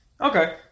Okay